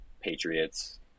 Patriots